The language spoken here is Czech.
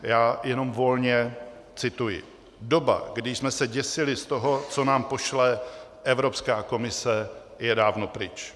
Já jenom volně cituji: Doba, kdy jsme se děsili toho, co nám pošle Evropská komise, je dávno pryč.